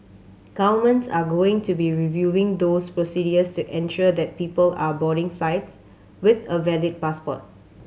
governments are going to be reviewing those procedures to ensure that people are boarding flights with a valid passport